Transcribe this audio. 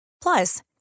Plus